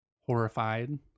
Horrified